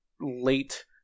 late